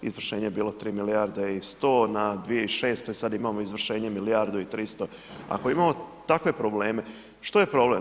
Izvršenje je bilo 3 milijarde i 100 na 2600 i sada imamo izvršenje milijardu i 300. ako imamo takve probleme, što je problem?